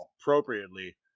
appropriately